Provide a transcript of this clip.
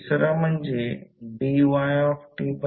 25 10 3 sin 400 t weber होईल